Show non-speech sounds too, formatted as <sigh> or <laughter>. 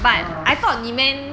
<noise>